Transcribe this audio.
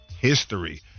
history